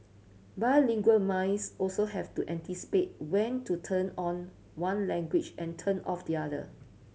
bilingual minds also have to anticipate when to turn on one language and turn off the other